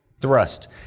thrust